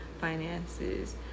finances